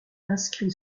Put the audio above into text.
inscrit